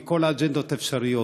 מכל האג'נדות האפשריות.